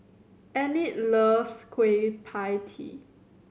Enid loves Kueh Pie Tee